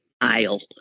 aisle